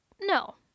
No